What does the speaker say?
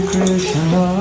Krishna